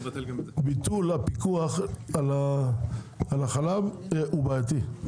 ביטול הפיקוח על החלב הוא בעייתי.